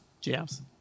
Jams